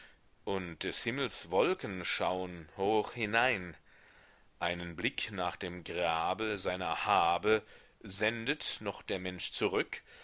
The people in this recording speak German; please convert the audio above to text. und des himmels wolken schauen hoch hinein einen blick nach dem grabe seiner habe sendet noch der mensch zurück greift